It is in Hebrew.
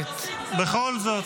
--- טוב,